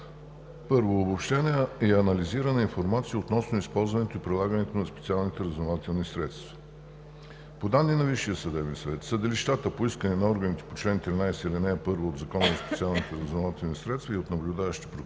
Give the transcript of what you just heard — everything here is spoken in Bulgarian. Обобщена и анализирана информация относно използването и прилагането на специалните разузнавателни средства. По данни на Висшия съдебен съвет съдилищата по искане на органите по чл. 13, ал. 1 от Закона за специалните разузнавателни средства и от наблюдаващите прокурори